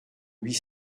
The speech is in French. huit